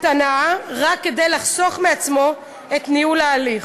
הנאה רק כדי לחסוך מעצמו את ניהול ההליך.